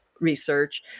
research